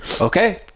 Okay